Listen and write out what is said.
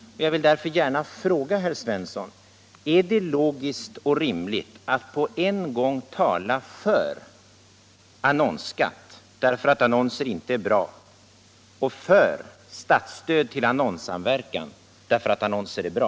Jag vill därför fråga herr Svensson: Är det logiskt och rimligt att på en gång tala för annonsskatt därför att annonser inte är bra och för statsstöd till annonssamverkan därför att annonser är bra?